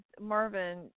Marvin